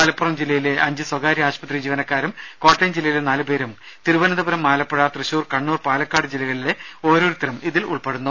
മലപ്പുറം ജില്ലയിലെ അഞ്ച് സ്വകാര്യ ആശുപത്രി ജീവനക്കാരും കോട്ടയം ജില്ലയിലെ നാലു പേരും തിരുവനന്തപുരം ആലപ്പുഴ തൃശൂർ കണ്ണൂർ പാലക്കാട് ജില്ലകളിലെ ഓരോരുത്തരും ഇതിൽപെടുന്നു